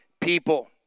people